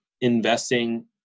investing